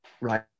right